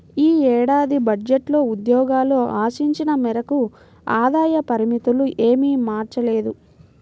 ఈ ఏడాది బడ్జెట్లో ఉద్యోగులు ఆశించిన మేరకు ఆదాయ పరిమితులు ఏమీ మార్చలేదు